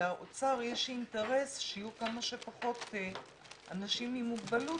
שלאוצר יש אינטרס שיהיו כמה שפחות אנשים עם מוגבלות,